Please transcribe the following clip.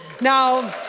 Now